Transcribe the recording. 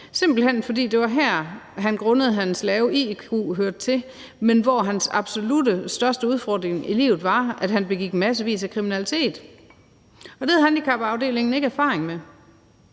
simpelt hen fordi det var her, han grundet sin lave iq hørte til, men hans absolut største udfordring i livet var, at han begik massevis af kriminalitet, og det havde handicapafdelingen ikke erfaring med.